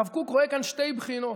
הרב קוק רואה כאן שתי בחינות,